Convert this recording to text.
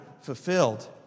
fulfilled